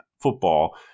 football